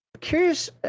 curious